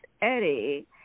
eddie